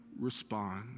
respond